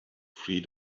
three